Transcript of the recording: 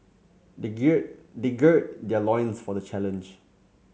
they gird they gird their loins for the challenge